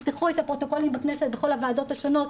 תפתחו את הפרוטוקולים בכנסת בוועדות השונות,